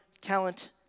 talent